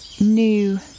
new